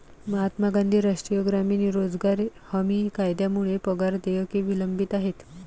महात्मा गांधी राष्ट्रीय ग्रामीण रोजगार हमी कायद्यामुळे पगार देयके विलंबित आहेत